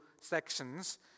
sections